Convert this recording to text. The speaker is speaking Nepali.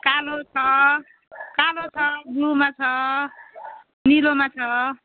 कालो छ कालो छ ब्लूमा छ निलोमा छ